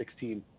2016